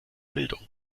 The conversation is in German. bildung